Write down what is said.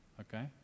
Okay